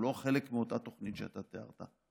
והוא לא חלק מאותה תוכנית שאתה תיארת,